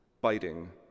biting